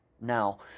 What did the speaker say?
now